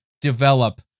develop